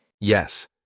Yes